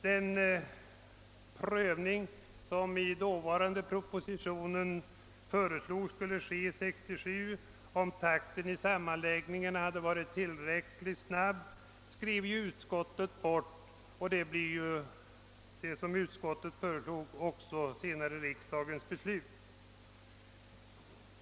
Den prövning av om takten hade varit tillräckligt snabb, som i den då framlagda propositionen föreslogs skola ske 1967, skrev ju utskottet bort. Vad utskottet föreslog blev senare också riksdagens beslut.